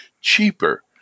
cheaper